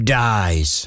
dies